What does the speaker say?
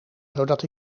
zodat